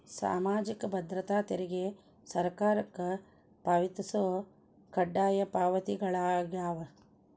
ಸಾಮಾಜಿಕ ಭದ್ರತಾ ತೆರಿಗೆ ಸರ್ಕಾರಕ್ಕ ಪಾವತಿಸೊ ಕಡ್ಡಾಯ ಪಾವತಿಗಳಾಗ್ಯಾವ